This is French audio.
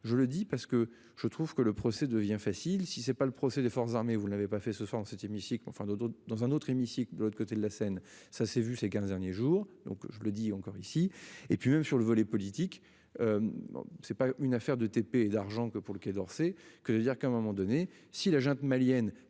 je le dis parce que je trouve que le procès devient facile si c'est pas le procès des forces armées, vous ne l'avez pas fait ce soir dans cet hémicycle enfin d'autres dans un autre hémicycle de l'autre côté de la Seine, ça s'est vu ces 15 derniers jours donc je le dis encore ici et puis même sur le volet politique. C'est pas une affaire de TP et d'argent que pour le Quai d'Orsay que de dire qu'à un moment donné, si la junte malienne